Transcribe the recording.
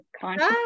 Conscious